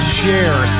share